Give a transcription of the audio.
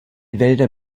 wälder